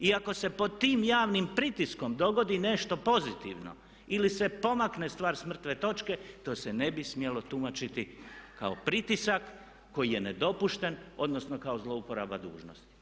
Iako se pod tim javnim pritiskom dogodi nešto pozitivno ili se pomakne stvar s mrtve točke to se ne bi smjelo tumačiti kao pritisak koji je nedopušten, odnosno kao zlouporaba dužnosti.